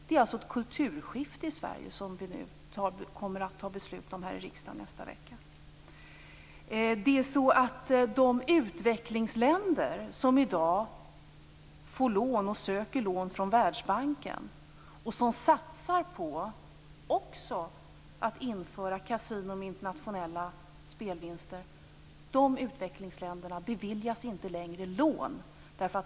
Det är alltså ett kulturskifte i Sverige som vi kommer att fatta beslut om här i riksdagen i nästa vecka. De utvecklingsländer som i dag söker lån från Världsbanken, och som också satsar på kasinon med internationella spelvinster, beviljas inte längre lån.